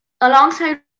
Alongside